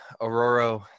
Aurora